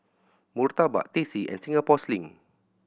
murtabak Teh C and Singapore Sling